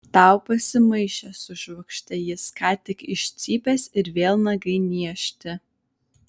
tau pasimaišė sušvokštė jis ką tik iš cypęs ir vėl nagai niežti